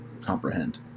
comprehend